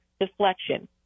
deflection